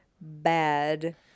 bad